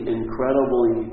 incredibly